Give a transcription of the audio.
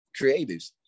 creatives